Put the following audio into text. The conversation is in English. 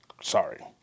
Sorry